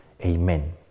Amen